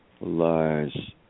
lies